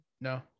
No